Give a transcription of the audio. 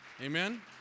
Amen